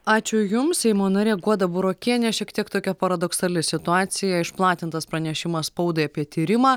ačiū jums seimo narė guoda burokienė šiek tiek tokia paradoksali situacija išplatintas pranešimas spaudai apie tyrimą